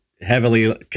heavily